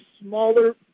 smaller